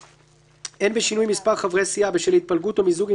(ג)אם מספר חברי הכנסת באותה סיעה שאינם שרים או סגני שרים הוא שמונה,